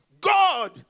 God